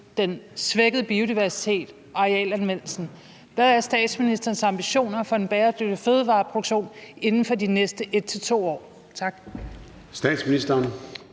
den svækkede biodiversitet og arealanvendelsen. Hvad er statsministerens ambitioner for en bæredygtig fødevareproduktion inden for de næste 1-2 år?